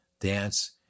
dance